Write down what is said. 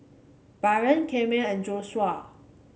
Baron Akeem and Joshua